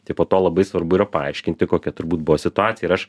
tai po to labai svarbu yra paaiškinti kokia turbūt buvo situacija ir aš